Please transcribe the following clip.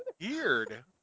weird